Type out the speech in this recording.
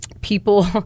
People